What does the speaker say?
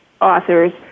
authors